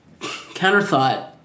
Counterthought